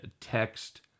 text